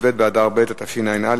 כ"ב באדר ב' התשע"א,